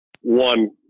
one